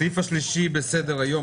הסעיף השלישי בסדר היום